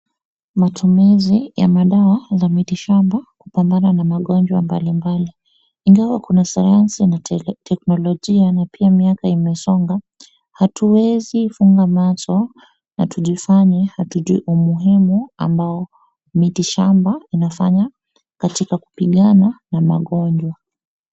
Matumizi ya madawa za miti shamba kupambana na magonjwa mbali mbali. Ingawa kuna sayansi na technologia na pia miaka imesonga, hatuwezi funga macho na tujifanye hatujui umuhimu ambao miti shamba inafanya katika kupigana na magonjwa.